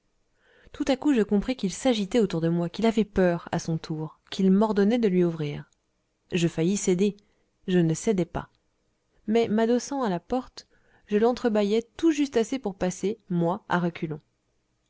tout à coup je compris qu'il s'agitait autour de moi qu'il avait peur à son tour qu'il m'ordonnait de lui ouvrir je faillis céder je ne cédai pas mais m'adossant à la porte je lentre bâillai tout juste assez pour passer moi à reculons